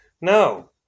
No